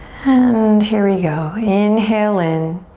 and here we go. inhale in.